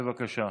בבקשה.